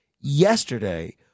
yesterday